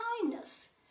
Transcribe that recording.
kindness